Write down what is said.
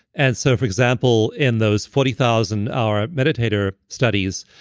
and so for example, in those forty thousand hour meditator studies,